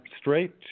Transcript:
straight